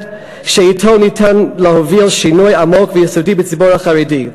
שאתו ניתן להוביל שינוי עמוק ויסודי בציבור החרדי.